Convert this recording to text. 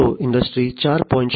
તો ઈન્ડસ્ટ્રી 4